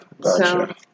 gotcha